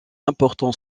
important